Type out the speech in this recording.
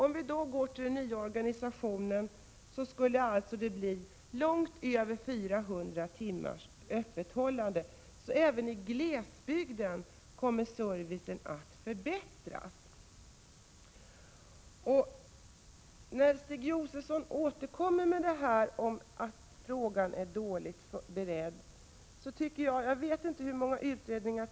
Med den nya organisationen skulle det bli långt över 400 timmars öppethållande, så även i glesbygden kommer servicen att förbättras. Det finns alltså över 400 försäkringskassor och 120 lokalkontor som har betydligt mer öppethållande.